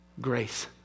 Grace